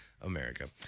America